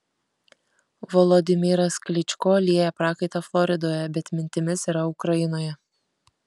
volodymyras klyčko lieja prakaitą floridoje bet mintimis yra ukrainoje